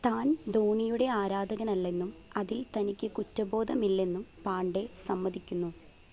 താൻ ധോണിയുടെ ആരാധകനല്ലെന്നും അതിൽ തനിക്ക് കുറ്റബോധമില്ലെന്നും പാണ്ഡെ സമ്മതിക്കുന്നു